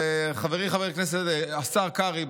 וחברי השר קרעי,